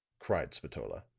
cried spatola.